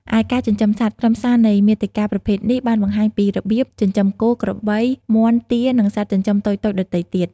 ឯការចិញ្ចឹមសត្វ ខ្លឹមសារនៃមាតិកាប្រភេទនេះ បានបង្ហាញពីរបៀប ចិញ្ចឹមគោ ក្របី មាន់ ទា និងសត្វចិញ្ចឹមតូចៗដទៃទៀត។